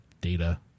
data